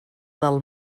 del